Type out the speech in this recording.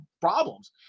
problems